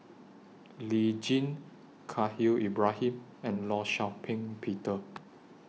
Lee Tjin Khalil Ibrahim and law Shau Ping Peter